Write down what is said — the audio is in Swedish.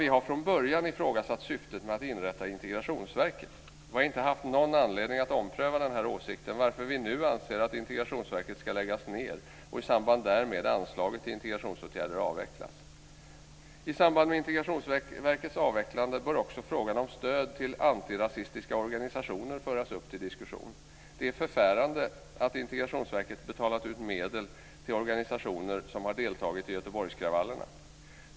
Vi har från början ifrågasatt syftet med att inrätta Integrationsverket. Vi har inte haft någon anledning att ompröva den åsikten, varför vi nu anser att Integrationsverket ska läggas ned och i samband därmed anslaget till integrationsåtgärder avvecklas. I samband med Integrationsverkets avvecklande bör också frågan om stöd till antirasistiska organisationer föras upp till diskussion. Det är förfärande att Integrationsverket har betalat ut medel till organisationer som har deltagit i Göteborgskravallerna.